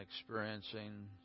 experiencing